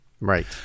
Right